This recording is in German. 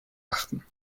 achten